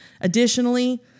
Additionally